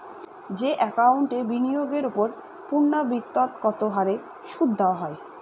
যে একাউন্টে বিনিয়োগের ওপর পূর্ণ্যাবৃত্তৎকত হারে সুদ দেওয়া হয়